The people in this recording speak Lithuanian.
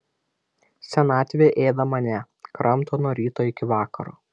senatvė ėda mane kramto nuo ryto iki vakaro